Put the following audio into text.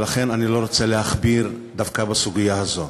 ולכן אני לא רוצה להכביר דווקא בסוגיה הזו.